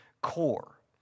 core